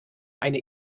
eine